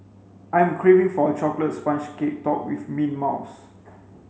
I'm craving for a chocolate sponge cake topped with mint mouse